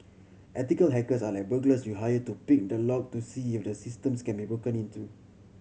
ethical hackers are like burglars you hire to pick the lock to see if the systems can be broken into